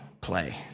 play